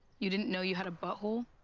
you didn't know you had a butthole?